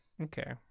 okay